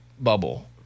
bubble